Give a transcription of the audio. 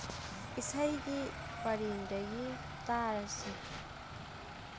ꯏꯁꯩꯒꯤ ꯄꯔꯦꯡꯗꯒꯤ ꯇꯥꯔꯁꯤ